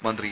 മന്ത്രി ഇ